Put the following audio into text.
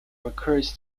recurs